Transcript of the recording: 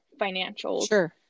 financials